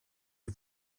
die